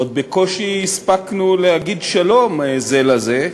עוד בקושי הספקנו להגיד שלום זה לזה,